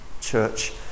church